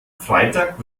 freitag